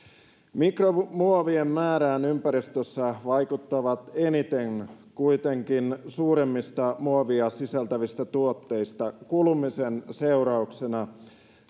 mikromuovien määrään ympäristössä vaikuttavat eniten kuitenkin suurimmista muovia sisältävistä tuotteista kulumisen seurauksena